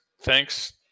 thanks